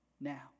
Now